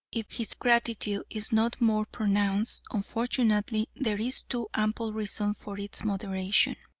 if his gratitude is not more pronounced, unfortunately there is too ample reason for its moderation.